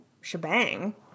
shebang